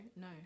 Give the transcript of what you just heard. No